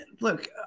look